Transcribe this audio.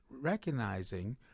recognizing